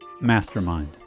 mastermind